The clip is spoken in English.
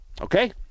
Okay